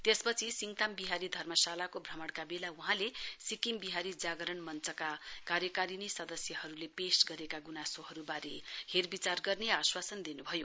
त्यसपछि सिङताम बिहारी धर्मशालाको भ्रमणका बेला वहाँले सिक्किम बिहारी जागरण मञ्चका कार्यकारिणी सदस्यहरूले पेश गरेका गुनासोहरूबारे हेरविचार गर्ने आश्वासन दिनुभयो